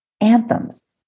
anthems